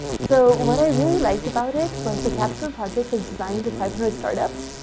so what i really liked about it was the capstone project was designed with five hundred start ups,